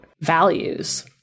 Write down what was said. values